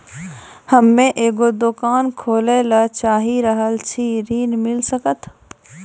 हम्मे एगो दुकान खोले ला चाही रहल छी ऋण मिल सकत?